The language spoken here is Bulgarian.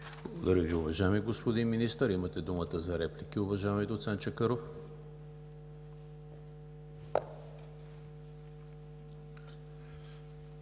Благодаря Ви, уважаеми господин Министър. Имате думата за реплика, уважаеми доцент Чакъров.